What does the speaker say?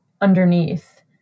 underneath